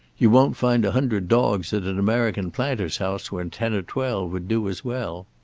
you won't find a hundred dogs at an american planter's house when ten or twelve would do as well.